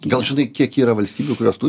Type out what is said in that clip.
gal žinai kiek yra valstybių kurios turi